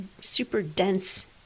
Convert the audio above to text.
super-dense